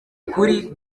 kuri